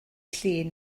llun